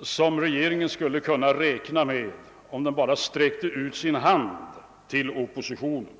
som regeringen skulle kunna räkna med, om den bara sträcker ut sin hand till oppositionen.